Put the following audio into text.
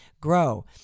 grow